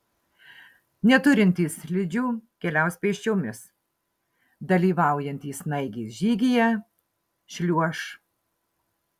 neturintys slidžių keliaus pėsčiomis dalyvaujantys snaigės žygyje šliuoš